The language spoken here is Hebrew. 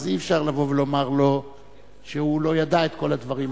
אז אי-אפשר לומר לו שהוא לא ידע את כל הדברים האלה.